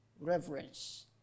reverence